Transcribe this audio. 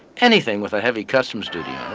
anything with a heavy customs duty